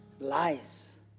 lies